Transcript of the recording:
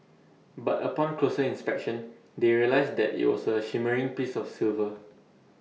but upon closer inspection they realised that IT was A shimmering piece of silver